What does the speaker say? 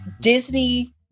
Disney